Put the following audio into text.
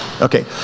Okay